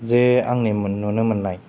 जे आंनिमोन नुनो मोन्नाय